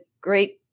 great